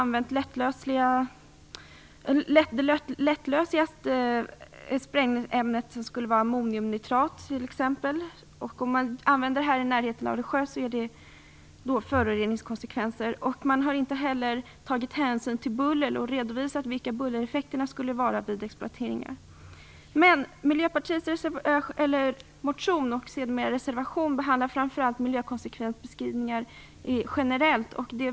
Det lättlösligaste sprängämnet är ammoniumnitrat. Om man använder det i närheten av en sjö ger det föroreningskonsekvenser. Man har inte heller tagit hänsyn till buller och redovisat vilka bullereffekter som uppstår vid exploateringar. Miljöpartiets motion, och sedermera reservation, behandlar framför allt miljökonsekvensbeskrivningar generellt.